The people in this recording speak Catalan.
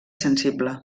sensible